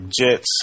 Jets